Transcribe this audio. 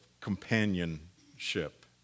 companionship